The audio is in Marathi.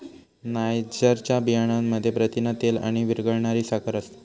नायजरच्या बियांमध्ये प्रथिना, तेल आणि विरघळणारी साखर असता